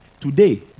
Today